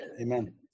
Amen